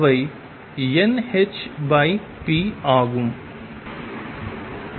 அவை nh p ஆகும்